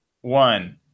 One